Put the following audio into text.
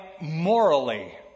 morally